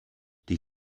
die